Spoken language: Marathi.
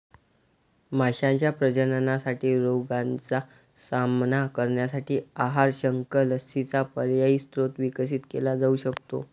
माशांच्या प्रजननासाठी रोगांचा सामना करण्यासाठी आहार, शंख, लसींचा पर्यायी स्रोत विकसित केला जाऊ शकतो